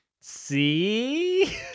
see